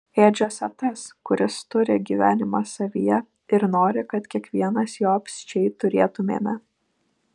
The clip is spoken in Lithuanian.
ėdžiose tas kuris turi gyvenimą savyje ir nori kad kiekvienas jo apsčiai turėtumėme